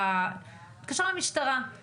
הוא